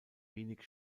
wenig